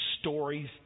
stories